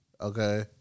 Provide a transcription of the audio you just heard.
Okay